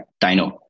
dino